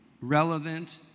relevant